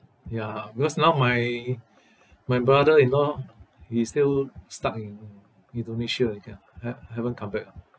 ya because now my my brother in law he's still stuck in indonesia ya ha~ haven't come back ah